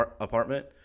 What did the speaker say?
apartment